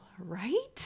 right